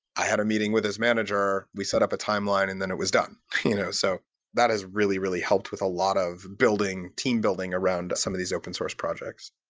i had a meeting with this manager. we set up a timeline, and then it was done. you know so that has really, really helped with a lot of team building around some of these open-source projects.